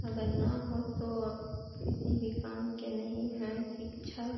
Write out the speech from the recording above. अगर न हो तो आप किसी भी काम के नहीं हैं शिक्षा